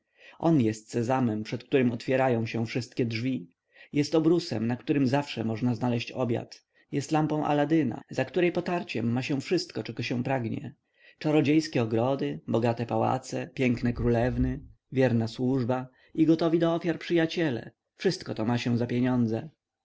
on jest sezamem przed którym otwierają się wszystkie drzwi jest obrusem na którym zawsze można znaleźć obiad jest lampą aladyna za której potarciem ma się wszystko czego się pragnie czarodziejskie ogrody bogate pałace piękne królewny wierna służba i gotowi do ofiar przyjaciele wszystko to ma się za pieniądze